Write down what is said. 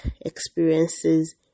experiences